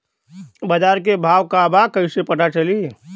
बाजार के भाव का बा कईसे पता चली?